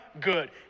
good